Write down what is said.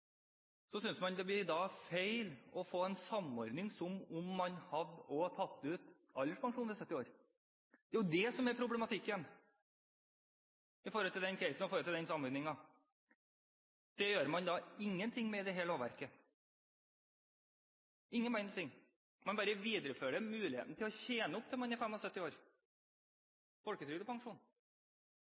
Så synes man det da blir feil å få en samordning som om man også hadde tatt ut alderspensjon ved 70 år. Det er jo det som er problematikken i forhold til den case-en og i forhold til den samordningen. Det gjør man da ingenting med i dette lovverket – ingen verdens ting. Man bare viderefører muligheten til å tjene opp folketrygdpensjon til man er 75 år.